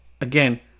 again